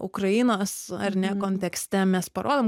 ukrainos ar ne kontekste mes parodom